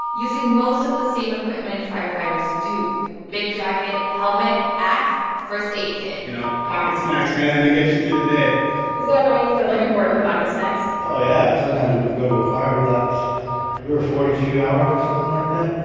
using most of the same equipment firefighters do big jacket, helmet, axe, first-aid kit you know, pocket snacks, man they get you through the day is that right? is that, like, important the pocket snacks? oh, yeah. sometimes when you go to a fire, we left we were forty two hours or something like that.